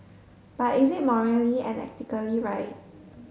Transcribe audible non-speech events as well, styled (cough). (noise) but is it morally and ethically right